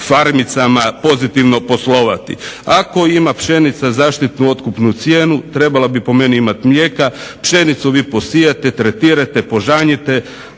farmicama pozitivno poslovati. Ako ima pšenica zaštitnu otkupnu cijenu trebala bi po meni imati mlijeka. Pšenicu vi posijete, tretirate, požanjete,